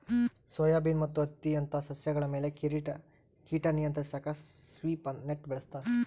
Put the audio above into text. soybean ಮತ್ತು ಹತ್ತಿಯಂತ ಸಸ್ಯಗಳ ಮೇಲೆ ಕೀಟ ನಿಯಂತ್ರಿಸಾಕ ಸ್ವೀಪ್ ನೆಟ್ ಬಳಸ್ತಾರ